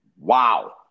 Wow